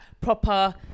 proper